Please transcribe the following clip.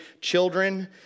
children